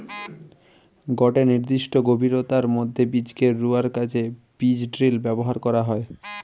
গটে নির্দিষ্ট গভীরতার মধ্যে বীজকে রুয়ার কাজে বীজড্রিল ব্যবহার করা হয়